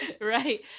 right